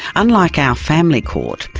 unlike our family court,